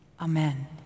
Amen